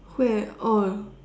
where oh